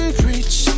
preach